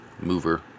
Mover